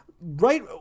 right